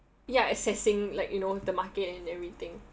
ya assessing like you know the market and everything